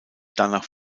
danach